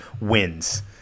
wins